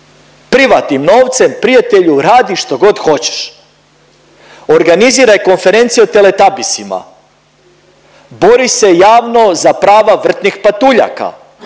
Privatnim novcem prijatelju radi što god hoćeš, organiziraj konferenciju o teletabisima, bori se javno za prava vrtnih patuljaka,